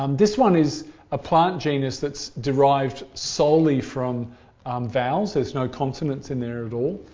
um this one is a plant genus that's derived solely from vowels. there's no consonants in there at all.